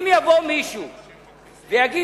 אם יבוא מישהו ויגיד,